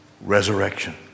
Resurrection